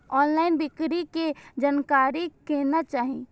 Online बिक्री के जानकारी केना चाही?